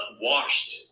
washed